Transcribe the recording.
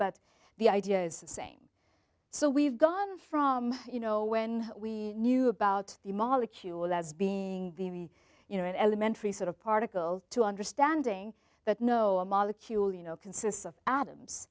but the idea is the same so we've gone from you know when we knew about the molecule as being very you know an elementary sort of particle to understanding that no a molecule you know consists of atoms